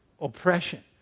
Oppression